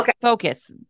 focus